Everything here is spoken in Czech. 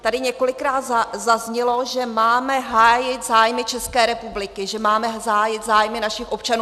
Tady několikrát zaznělo, že máme hájit zájmy České republiky, že máme hájit zájmy našich občanů.